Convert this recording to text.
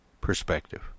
perspective